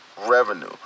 revenue